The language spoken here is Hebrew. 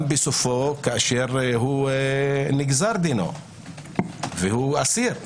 גם בסופו, כאשר נגזר דינו והוא אסיר.